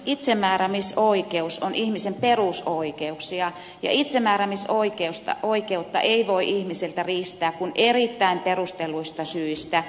itsemääräämisoikeus on ihmisen perusoikeuksia ja itsemääräämisoikeutta ei voi ihmiseltä riistää kuin erittäin perustelluista syistä